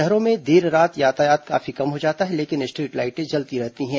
शहरों में देर रात यातायात काफी कम हो जाता है लेकिन स्ट्रीट लाइटें जलती रहती हैं